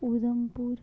Udhampur